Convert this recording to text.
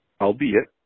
Albeit